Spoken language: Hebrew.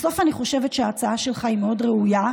בסוף, אני חושבת שההצעה שלך מאוד ראויה.